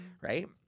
right